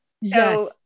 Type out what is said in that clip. Yes